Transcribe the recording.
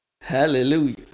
Hallelujah